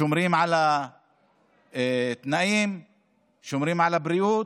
שומרים על התנאים ושומרים על הבריאות,